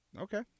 Okay